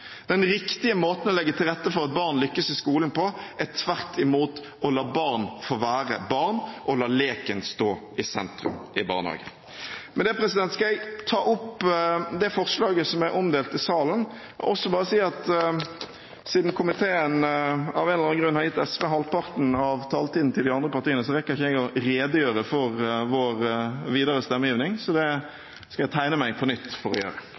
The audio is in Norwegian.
Den riktige måten å legge til rette for at barn lykkes i skolen, er tvert imot å la barn få være barn og la leken stå i sentrum i barnehagene. Med dette skal jeg ta opp det forslaget som er omdelt i salen, og bare si at siden komiteen av en eller annen grunn har gitt SV halvparten av taletiden til de andre partiene, rekker jeg ikke engang å redegjøre for vår videre stemmegiving, så det skal jeg tegne meg på nytt for å gjøre.